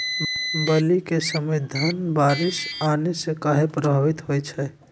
बली क समय धन बारिस आने से कहे पभवित होई छई?